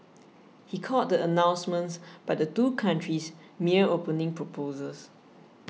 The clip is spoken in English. he called the announcements by the two countries mere opening proposals